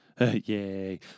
Yay